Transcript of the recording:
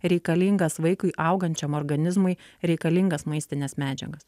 reikalingas vaikui augančiam organizmui reikalingas maistines medžiagas